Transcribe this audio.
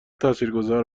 تاثیرگذار